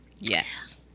Yes